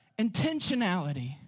Intentionality